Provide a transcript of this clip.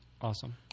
awesome